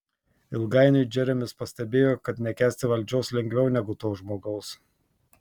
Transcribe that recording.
ilgainiui džeremis pastebėjo kad nekęsti valdžios lengviau negu to žmogaus